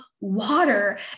water